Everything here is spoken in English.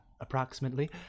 approximately